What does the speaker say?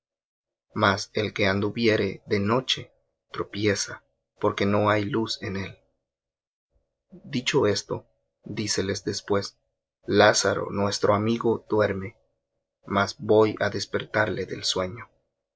mas el que anduviere de noche tropieza porque no hay luz en él dicho esto díceles después lázaro nuestro amigo duerme mas voy á despertarle del sueño